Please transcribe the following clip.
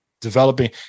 Developing